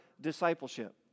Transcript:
discipleship